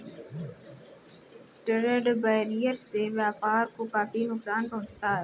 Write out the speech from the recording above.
trade barrier से व्यापार को काफी नुकसान पहुंचता है